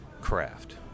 craft